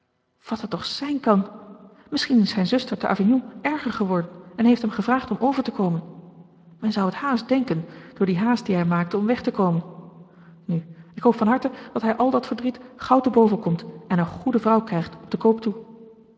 wàt het toch zijn kan misschien is zijn zuster te avignon erger geworden en heeft hem gevraagd om over te komen men zou het haast denken door die haast die hij maakte om weg te komen nu ik hoop van harte dat hij al dat verdriet gauw te boven komt en een goede vrouw krijgt op den koop toe